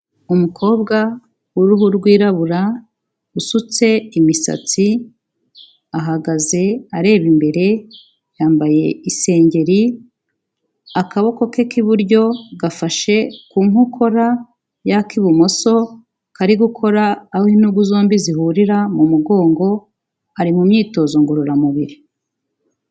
Umukobwa w'uruhu rwirabura, usutse imisatsi, ahagaze areba imbere, yambaye isengeri, akaboko ke k'iburyo gafashe ku nkokora y'ak'ibumoso kari gukora aho intugu zombi zihurira mu mugongo, ari mu myitozo ngororamubiri.